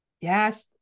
Yes